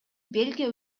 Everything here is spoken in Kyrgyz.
бельгия